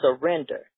surrender